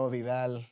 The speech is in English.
Vidal